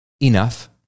Enough